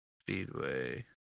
Speedway